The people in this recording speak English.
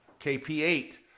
KP8